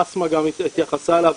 אסמאא גם התייחסה אליו,